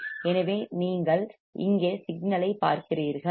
எனவே நீங்கள் இங்கே சிக்னல் ஐ பார்க்கிறீர்கள்